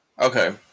Okay